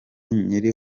nyiri